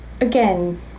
Again